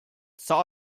saw